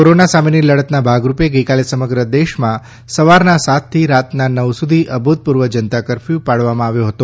corona સામેની લડતના ભાગરૂપે ગઈકાલે સમગ્ર દેશમાં સવારના સાતથી રાતના નવ સુધી અભૂતપૂર્વ જનતા કફર્યુ પાડવામાં આવ્યો હતો